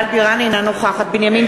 אינה נוכחת בנימין